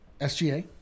SGA